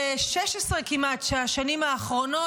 ב-16 השנים האחרונות